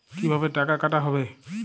কিভাবে টাকা কাটা হবে?